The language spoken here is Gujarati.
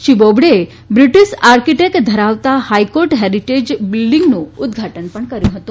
શ્રી બોબડેએ બ્રિટીશ આકીટેક ધરાવતા હાઇકોર્ટ હેરીટેજ બિલ્ડીંગનું ઉદઘાટન પણ કર્થું હતું